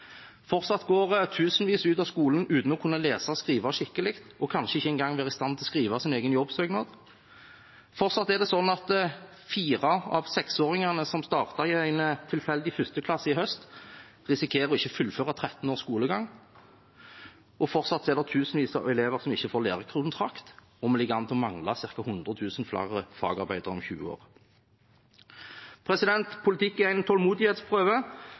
Fortsatt går tusenvis ut av skolen uten å kunne lese og skrive skikkelig – og kanskje ikke er i stand til å skrive sin egen jobbsøknad. Fortsatt er det slik at fire av 6-åringene som startet i en tilfeldig 1. klasse i høst, risikerer å ikke fullføre tretten års skolegang. Fortsatt er det tusenvis av elever som ikke får lærekontrakt, og vi ligger an til å mangle ca. 100 000 flere fagarbeidere om tyve år. Politikk er en tålmodighetsprøve.